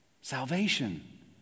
salvation